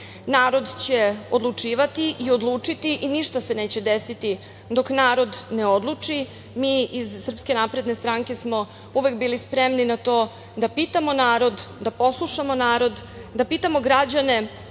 Narod će odlučivati i odlučiti i ništa se neće desiti dok narod ne odluči. Mi iz SNS smo uvek bili spremni na to da pitamo narod, da poslušamo narod, da pitamo građane